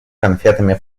конфетами